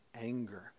anger